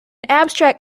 abstract